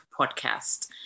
Podcast